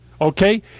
Okay